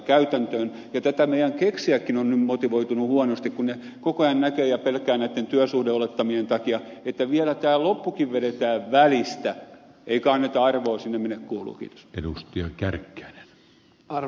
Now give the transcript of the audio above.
meillä keksijätkin ovat nyt motivoituneet huonosti kun koko ajan pelkäävät näitten työsuhdeolettamien takia että vielä tämä loppukin vedetään välistä eikä anneta arvoa sinne minne kuuluu